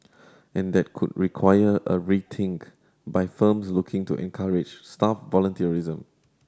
and that could require a rethink by firms looking to encourage staff volunteerism